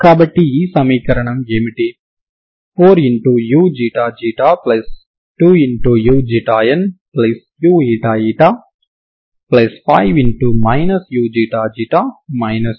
కాబట్టి ఇక్కడ మీరు x ct0g sds ని 0ct xgsds తో భర్తీ చేస్తారు ఇక్కడ s1 నామమాత్రపు చరరాశి అవుతుంది కాబట్టి s తో మనం భర్తీ చేయవచ్చు ఇది 0xct కి పనిచేస్తుంది